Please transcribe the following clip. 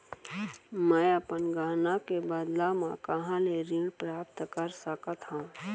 मै अपन गहना के बदला मा कहाँ ले ऋण प्राप्त कर सकत हव?